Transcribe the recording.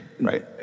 right